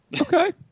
okay